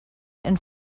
and